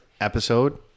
episode